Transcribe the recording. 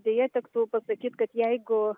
deja tektų pasakyt kad jeigu